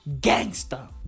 gangster